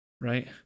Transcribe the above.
right